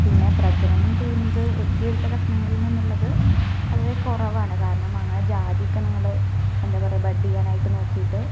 പിന്നെ പ്രചരണം ചെയ്യുന്നത് വെട്ടിയെടുത്ത കഷ്ണങ്ങളിൽ നിന്നുള്ളത് വളരെ കുറവാണ് കാരണം അങ്ങനെ ജാതി ഒക്കെ നമ്മൾ എന്താണ് പറയുക ബഡ്ഡ് ചെയ്യാനായിട്ട് നോക്കിയിട്ട്